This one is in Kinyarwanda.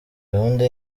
gahunda